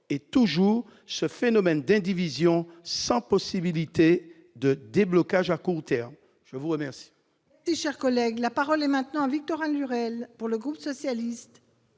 et toujours ce phénomène d'indivision sans possibilité de déblocage à court terme. La parole